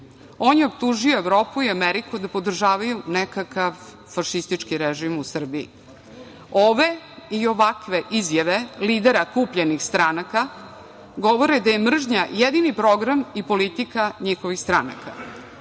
On je optužio Evropu i Ameriku da podržavaju nekakav fašistički režim u Srbiji. Ove i ovakve izjave lidera kupljenih stranaka govore da je mržnja jedini program i politika njihovih stranaka.